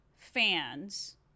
fans